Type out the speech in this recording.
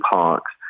parks